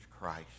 Christ